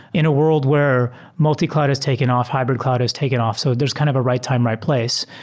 in a wor ld where multi-cloud has taken off, hybrid cloud has taken off. so there's kind of a right time, right place.